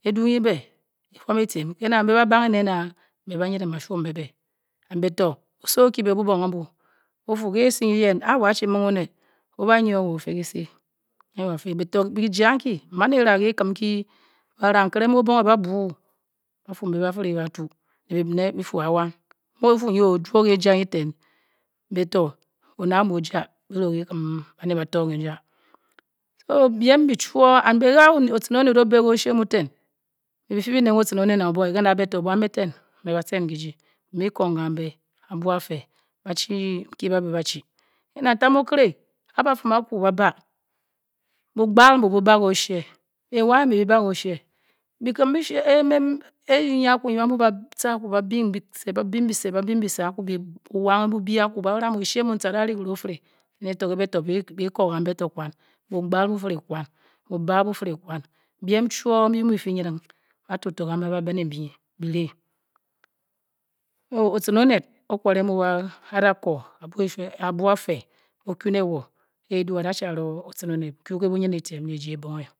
Edwu nyi be, ee-fuam e-tiem ke na, mbe ba banghe nen aa, mbe ba nyiding ba shuom bè bè be to oso o kie be bubong ambu o-fuu, ke esi nyi yen ge wo a-chi ming o ned o-ba nyie owo o-fe ki se anyi wo afe Be to, kijie ankii. m man era ge ki kim kii banra nkere mu obonghe. Ba a-buu ba-fuu mbe ba a fě bá-tú nè bè bi nè bí fuu awang, mu o-ja, èné ke kikum baned ba to kiia s̱o biem mbi chio and be ge otan oned o-be ke oshie mu ten, be bi fě bi neng otcin oned nang obong kege na, be to buan be ten be ba tchen kijii, bi mung biko gambe abuo afe ba-chi nkii ba be ba-chi ke na, n tam okìrè a a-ba fian akwu bá bá bu gbal bu-buba ge oshie, kenwanghe mbi bia ge oshie, Bikim e jii nyi akwu nyi ba mu mbe ba tcha akwu, ba bing bise. ba bing bise, ba bing bise, ba bing bise akwu bu wanghe bu bii akwu, ba rang oshie mun. tcha a-da ri ki seng o-fire, ene to ke be to bi-ko gambe to kwan, bigbal. bu fire kwan, buwanghe bu fire kwan, biem chio mbi mu bi fi bi nyiding, ba tu to gambi ba be ne mbi o-otcin ozed o-kware mu wo, a-da ko abuo efe, abuo afe, o-kwiu, ne wo ke edu, a da chi aro otcin oned, kwiu ke bunyin ditien, ne e-ja ebonghre